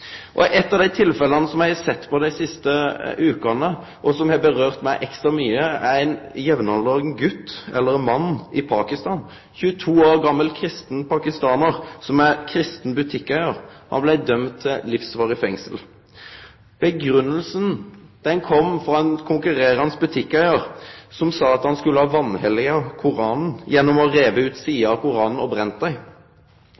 som eg har sett dei siste vekene, og som har rørt meg ekstra mykje, er at ein kristen butikkeigar i Pakistan, ein 22 år gamal kristen pakistanar – jamgammal med meg – er blitt dømd til livsvarig fengsel. Grunnen er at ein konkurrerande butikkeigar sa at han skulle ha vanhelga Koranen gjennom å ha rive ut